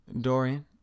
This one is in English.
Dorian